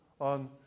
on